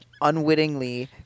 unwittingly